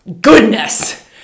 goodness